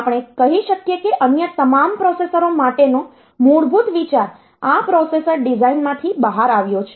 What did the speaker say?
આપણે કહી શકીએ કે અન્ય તમામ પ્રોસેસરો માટેનો મૂળભૂત વિચાર આ પ્રોસેસર ડિઝાઇન માંથી બહાર આવ્યો છે